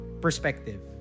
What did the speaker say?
perspective